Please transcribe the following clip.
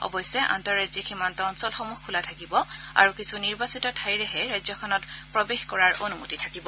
অৱশ্যে আন্তঃৰাজ্যিক সীমন্ত অঞ্চলসমূহ খোলা থাকিব আৰু কিছু নিৰ্বাচিত ঠাইৰেহে ৰাজ্যখনত প্ৰৱেশ কৰাৰ অনুমতি থাকিব